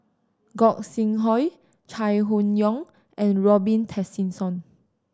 Gog Sing Hooi Chai Hon Yoong and Robin Tessensohn